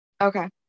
Okay